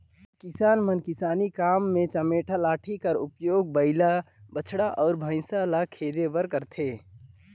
किसान मन किसानी काम मे चमेटा लाठी कर उपियोग बइला, बछवा अउ भइसा ल खेदे बर करथे